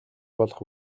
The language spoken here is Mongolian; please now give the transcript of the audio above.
болох